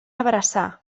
abraçar